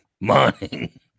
Morning